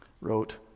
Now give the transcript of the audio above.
wrote